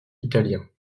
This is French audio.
italiens